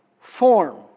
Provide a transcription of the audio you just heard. form